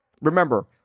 Remember